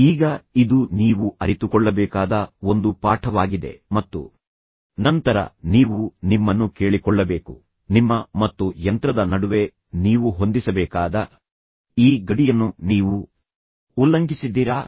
ಈಗ ಇದು ನೀವು ಅರಿತುಕೊಳ್ಳಬೇಕಾದ ಒಂದು ಪಾಠವಾಗಿದೆ ಮತ್ತು ನಂತರ ನೀವು ನಿಮ್ಮನ್ನು ಕೇಳಿಕೊಳ್ಳಬೇಕು ನಿಮ್ಮ ಮತ್ತು ಯಂತ್ರದ ನಡುವೆ ನೀವು ಹೊಂದಿಸಬೇಕಾದ ಈ ಗಡಿಯನ್ನು ನೀವು ಉಲ್ಲಂಘಿಸಿದ್ದೀರಾ